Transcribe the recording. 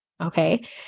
okay